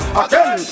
again